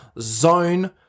zone